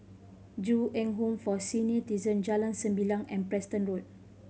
Ju Eng Home for Senior Jalan Sembilang and Preston Road